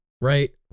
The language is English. right